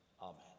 Amen